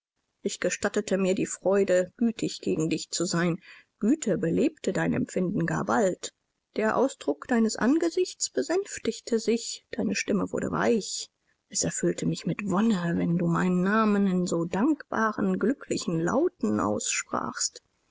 ich gestattete mir die freude gütig gegen dich zu sein güte belebte dein empfinden gar bald der ausdruck deines angesichts sänftigte sich deine stimme wurde weich es erfüllte mich mit wonne wenn du meinen namen in so dankbaren glücklichen lauten aussprachst